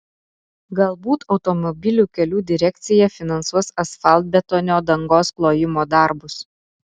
galbūt automobilių kelių direkcija finansuos asfaltbetonio dangos klojimo darbus